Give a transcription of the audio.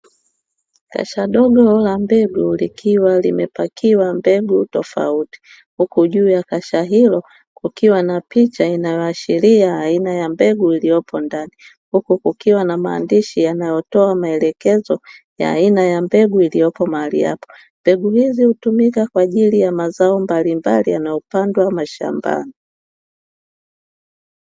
Kasha dogo la mbegu likiwa limepakiwa mbegu tofauti, huku juu ya kasha hilo kukiwa na picha inayoashiria aina ya mbegu iliyopo ndani, huku kukiwa na maandishi yanayotoa maelekezo ya aina ya mbegu iliyopo mahali hapa. Mbegu hizi, hutumika kwa ajili ya mazao mbalimbali yanayopandwa mashambani.